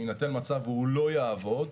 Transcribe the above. בהינתן מצב והוא לא יעבוד,